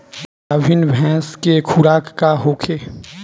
गाभिन भैंस के खुराक का होखे?